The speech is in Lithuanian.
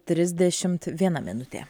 trisdešimt viena minutė